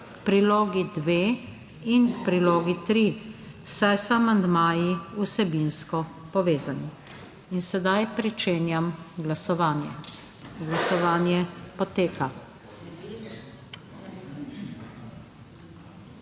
k prilogi dve in prilogi tri. Saj so amandmaji vsebinsko povezani in sedaj pričenjam glasovanje. Glasujemo.